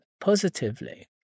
positively